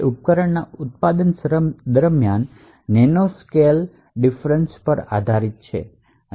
તે ઉપકરણના ઉત્પાદન દરમિયાન નેનોસ્કેલ ભિન્નતા પર આધારિત છે